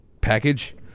package